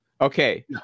Okay